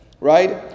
right